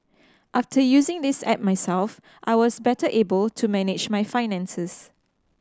after using this app myself I was better able to manage my finances